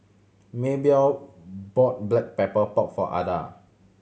Maybell bought Black Pepper Pork for Ada